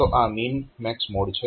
તો આ min max mode છે